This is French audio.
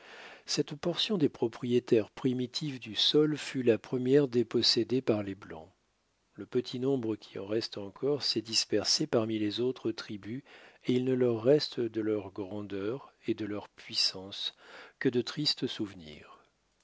cette portion des propriétaires primitifs du sol fut la première dépossédée par les blancs le petit nombre qui en reste encore s'est dispersé parmi les autres tribus et il ne leur reste de leur grandeur et de leur puissance que de tristes souvenirs